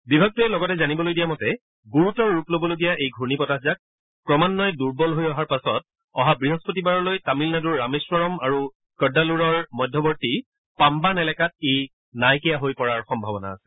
বিভাগটোৱা লগতে জানিবলৈ দিয়া মতে গুৰুতৰ ৰূপ ল'বলগীয়া এই ঘূৰ্ণি বতাহজাক ক্ৰমান্বয়ে দুৰ্বল হৈ অহাৰ পাছত অহা বৃহস্পতিবাৰলৈ তামিলনাডুৰ ৰামেশ্বৰম আৰু কডালুৰৰ মধ্যৱৰ্তী পাম্বান এলেকাত ই নাইকিয়া হৈ পৰাৰ সম্ভাৱনা আছে